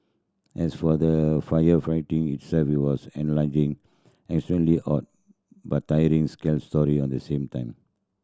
as for the firefighting itself it was exhilarating extremely hot but tiring scary sorry at the same time